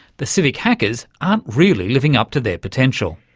the civic hackers aren't really living up to their potential.